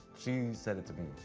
she said it to me.